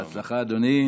בהצלחה, אדוני.